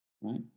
right